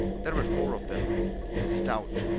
there were four of them stout,